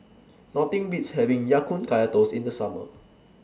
Nothing Beats having Ya Kun Kaya Toast in The Summer